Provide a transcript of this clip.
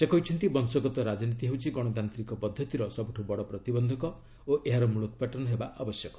ସେ କହିଛନ୍ତି ବଂଶଗତ ରାଜନୀତି ହେଉଛି ଗଣତାନ୍ତ୍ରିକ ପଦ୍ଧତିର ସବୁଠୁ ବଡ଼ ପ୍ରତିବନ୍ଧକ ଓ ଏହାର ମ୍ବଳୋତ୍ପାଟନ ହେବା ଆବଶ୍ୟକ